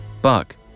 Buck